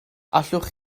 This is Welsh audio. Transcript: allwch